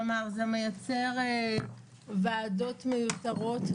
כלומר זה מייצר ועדות מיותרות.